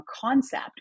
concept